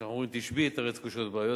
אנחנו אומרים "תשבי יתרץ קושיות ובעיות",